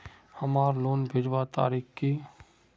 हमार लोन भेजुआ तारीख की?